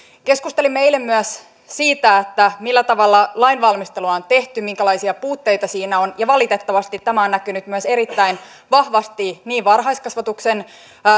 keskustelimme eilen myös siitä millä tavalla lainvalmistelua on tehty minkälaisia puutteita siinä on ja valitettavasti tämä on näkynyt myös erittäin vahvasti niin varhaiskasvatuksen